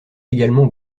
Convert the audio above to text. également